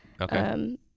Okay